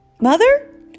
Mother